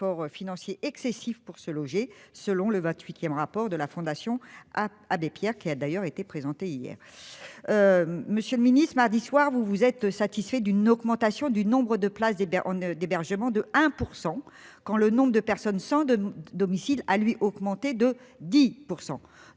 financier excessif pour se loger. Selon le 28ème. Rapport de la Fondation Abbé Pierre qui a d'ailleurs été présenté hier. Monsieur le Ministre, mardi soir, vous vous êtes satisfait d'une augmentation du nombre de places des ben on ne d'hébergement de 1% quand le nombre de personnes sans domicile a lui augmenté de 10%.